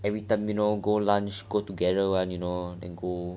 every time you know go lunch go together [one] you know then go